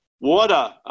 Water